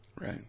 Right